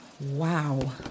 wow